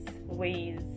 ways